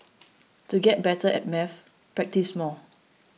to get better at maths practise more